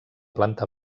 planta